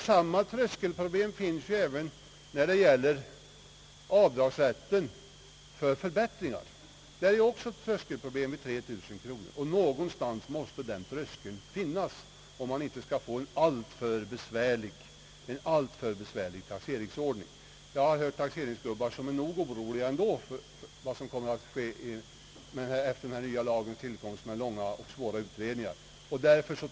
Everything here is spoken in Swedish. Samma tröskelproblem uppstår även när det gäller avdragsrätten för förbättringar. Även där går tröskeln vid 3 000 kronor. Någonstans måste tröskeln finnas, om man inte skall få en alltför besvärlig taxeringsordning. Jag har hört taxeringsfolk säga att de är nog oroliga ändå för de långa och svåra utredningar som kan komma att erfordras efter den nya lagens tillkomst.